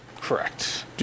Correct